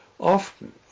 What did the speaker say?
Often